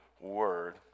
word